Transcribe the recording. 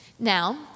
Now